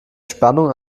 spannung